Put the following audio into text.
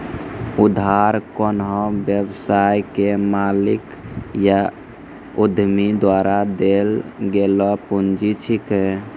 उधार कोन्हो व्यवसाय के मालिक या उद्यमी द्वारा देल गेलो पुंजी छिकै